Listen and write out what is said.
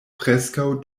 preskaŭ